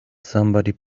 somebody